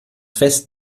fest